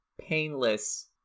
painless